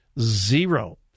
Zero